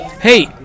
Hey